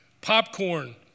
popcorn